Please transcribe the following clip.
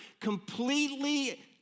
completely